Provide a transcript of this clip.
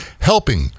helping